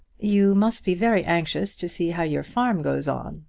you must be very anxious to see how your farm goes on,